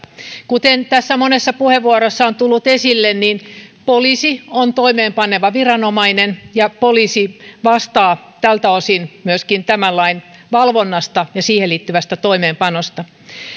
kuten monessa puheenvuorossa on tullut esille poliisi on toimeenpaneva viranomainen ja poliisi vastaa tältä osin myöskin tämän lain valvonnasta ja siihen liittyvästä toimeenpanosta